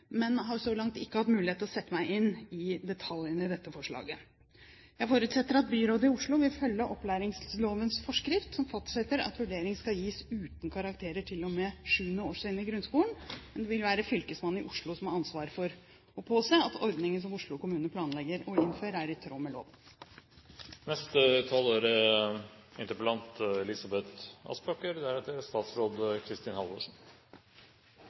men har så langt ikke hatt mulighet til å sette meg inn i detaljene i dette forslaget. Jeg forutsetter at byrådet i Oslo vil følge opplæringslovens forskrift, som fastsetter at vurdering skal gis uten karakterer til og med 7. årstrinn i grunnskolen. Det vil være fylkesmannen i Oslo som har ansvar for å påse at ordningen Oslo kommune planlegger å innføre, er i tråd med loven.